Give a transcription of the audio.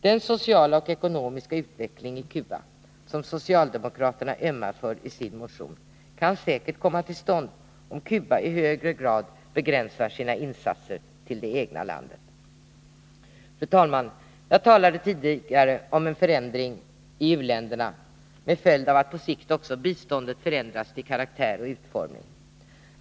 Den sociala och ekonomiska utveckling i Cuba som socialdemokraterna ömmar för i sin motion kan säkert komma till stånd, om Cuba i högre grad begränsar sina insatser till det egna landet. Fru talman! Jag talade tidigare om en förändring i u-länderna med följden att på sikt också biståndet förändras till karaktär och utformning.